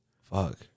fuck